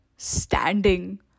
Standing